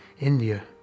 india